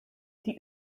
die